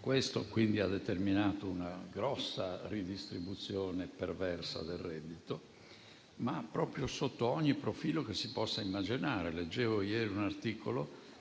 Questo ha determinato una grossa redistribuzione perversa del reddito, proprio sotto ogni profilo che si possa immaginare. Leggevo ieri un articolo